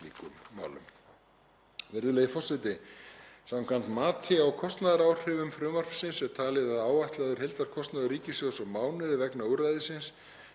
málum. Virðulegi forseti. Samkvæmt mati á kostnaðaráhrifum frumvarpsins er talið að áætlaður heildarkostnaður ríkissjóðs á mánuði vegna úrræðisins